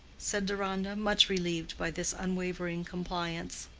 said deronda, much relieved by this unwavering compliance.